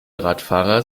radfahrer